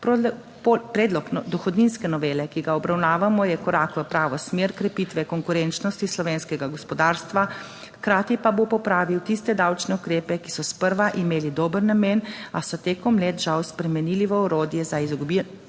Predlog dohodninske novele, ki ga obravnavamo, je korak v pravo smer krepitve konkurenčnosti slovenskega gospodarstva, hkrati pa bo popravil tiste davčne ukrepe, ki so sprva imeli dober namen, a so tekom let žal spremenili v orodje za izogibanje